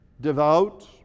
devout